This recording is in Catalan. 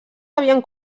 havien